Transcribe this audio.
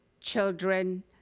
children